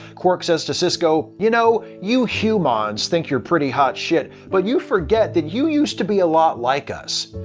quark says to sisko, you know, you hew-mons think you're pretty hot shit, but you forget that you used to be a lot like us.